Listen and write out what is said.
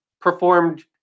performed